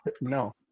No